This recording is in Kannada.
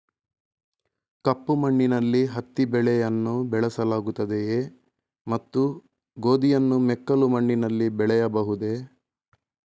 ಕಪ್ಪು ಮಣ್ಣಿನಲ್ಲಿ ಹತ್ತಿ ಬೆಳೆಯನ್ನು ಬೆಳೆಸಲಾಗುತ್ತದೆಯೇ ಮತ್ತು ಗೋಧಿಯನ್ನು ಮೆಕ್ಕಲು ಮಣ್ಣಿನಲ್ಲಿ ಬೆಳೆಯಬಹುದೇ?